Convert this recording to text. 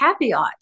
caveat